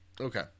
Okay